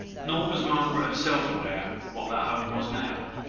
nor was margaret herself aware what that home was now.